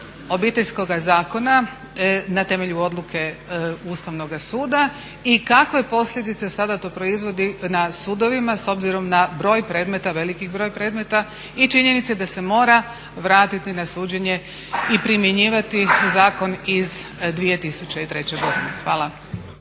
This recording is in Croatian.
Obiteljskoga zakona na temelju odluke Ustavnog suda i kakve posljedice sada to proizvodi na sudovima s obzirom na broj predmeta, veliki broj predmeta i činjenicu da se mora vratiti na suđenje i primjenjivati zakon iz 2003. godine. Hvala.